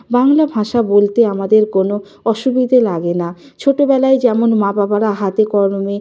বাংলা ভাষা বলতে আমাদের কোনো অসুবিধে লাগে না ছোটোবেলায় যেমন মা বাবারা হাতেকলমে